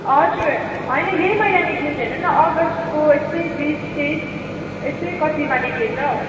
हजुर होइन यही महिना निक्लिन्छ होइन अगस्टको यस्तै बिस तेइस यस्तै कतिमा निक्लिन्छ हौ